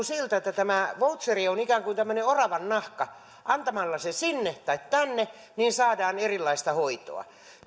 siltä että tämä voucher on ikään kuin tämmöinen oravannahka antamalla se sinne tai tänne saadaan erilaista hoitoa